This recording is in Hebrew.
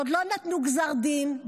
עוד לא נתנו גזר דין,